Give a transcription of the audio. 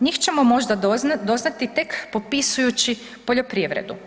Njih ćemo možda doznati tek popisujući poljoprivredu.